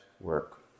work